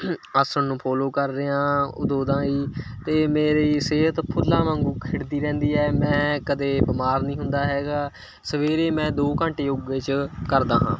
ਆਸਨ ਨੂੰ ਫੋਲੋ ਕਰ ਰਿਹਾਂ ਹਾਂ ਉਦੋਂ ਦਾ ਹੀ ਅਤੇ ਮੇਰੀ ਸਿਹਤ ਫੁੱਲਾਂ ਵਾਗੂੰ ਖਿੜਦੀ ਰਹਿੰਦੀ ਹੈ ਮੈਂ ਕਦੇ ਬਿਮਾਰ ਨਹੀਂ ਹੁੰਦਾ ਹੈਗਾ ਸਵੇਰੇ ਮੈਂ ਦੋ ਘੰਟੇ ਯੋਗੇ 'ਚ ਕਰਦਾ ਹਾਂ